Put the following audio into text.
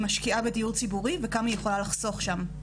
משקיעה בדיור ציבורי וכמה היא יכולה לחסוך שם.